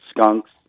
skunks